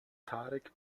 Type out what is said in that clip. tarek